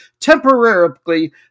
temporarily